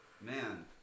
man